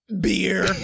beer